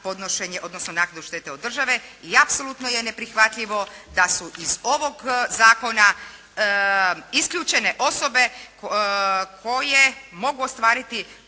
odnosno naknadu štete od države. I apsolutno je neprihvatljivo da su iz ovoga zakona isključene osobe koje mogu ostvariti